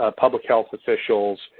ah public health officials,